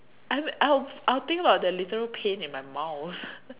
I would I would I would think about the literal pain in my mouth